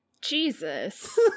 Jesus